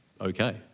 okay